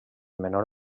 menor